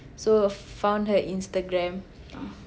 so found her Instagram